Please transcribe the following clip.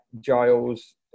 Giles